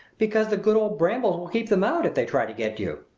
because the good old brambles will keep them out, if they try to get you.